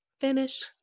finish